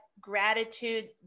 gratitude